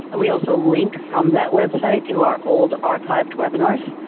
we also link from that website to our old archived webinars.